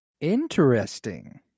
Interesting